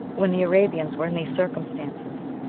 when the arabians were in these circumstances,